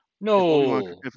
No